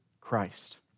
Christ